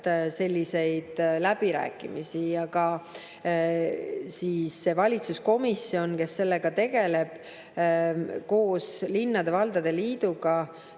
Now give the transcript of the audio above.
selliseid läbirääkimisi. See valitsuskomisjon, kes sellega tegeleb koos linnade ja valdade liiduga